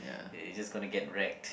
it it's just gonna get wrecked